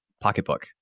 pocketbook